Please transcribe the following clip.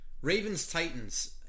Ravens-Titans